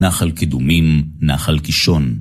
נחל קדומים, נחל קישון.